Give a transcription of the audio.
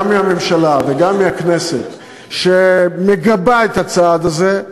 גם מהממשלה וגם מהכנסת, שמגבה את הצעד הזה,